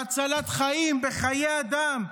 בהצלת חיים, בחיי אדם.